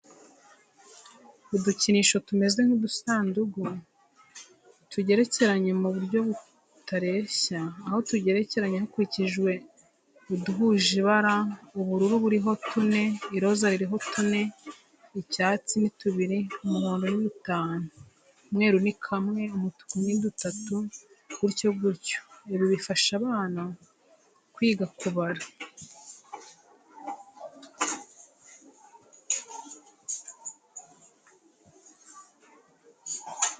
Udukinisho tumeze nk'udusanduka tugerekeranye mu buryo butareshya aho tugerekeranye hakurikijwe uduhuje ibara. Ubururu buriho tune, iroza ririho tune, icyatsi ni tubiri, umuhondo ni dutanu, umweru ni kamwe, umutuku ni dutatu gutyo gutyo. Ibi bifasha abana kwiga kubara.